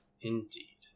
Indeed